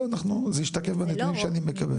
זה השתקף בנתונים שאני מקבל.